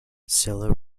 silla